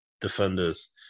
defenders